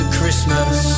Christmas